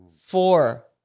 four